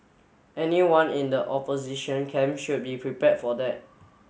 anyone in the opposition camp should be prepared for that